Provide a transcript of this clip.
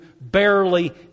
barely